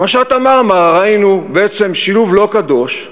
במשט ה"מרמרה" ראינו בעצם שילוב לא קדוש,